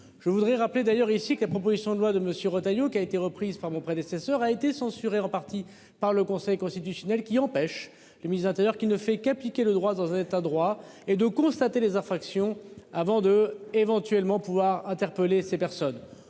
Je voudrais rappeler d'ailleurs ici que la proposition de loi de monsieur Retailleau qui a été reprise par mon prédécesseur a été censurée en partie par le Conseil constitutionnel qui empêche le ministre de l'Intérieur qui ne fait qu'appliquer le droit dans un état droit et de constater les infractions avant de éventuellement pouvoir interpeller ces personnes